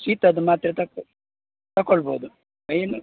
ಶೀತದ ಮಾತ್ರೆ ತಕ್ಕೋ ತೊಗೋಳ್ಬಹುದು ಏನು